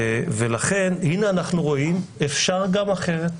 לכן, הנה אנחנו רואים, אפשר גם אחרת.